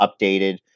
updated